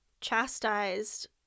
chastised